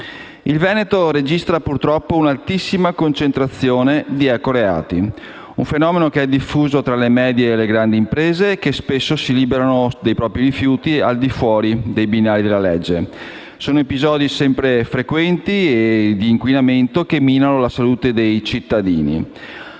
Il Veneto, purtroppo, registra un'altissima concentrazione di ecoreati: un fenomeno che è diffuso tra le medie e le grandi imprese, che spesso si liberano dei propri rifiuti al di fuori dei binari della legge. Sono episodi frequenti, quelli di inquinamento, che minano la salute dei cittadini.